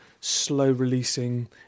slow-releasing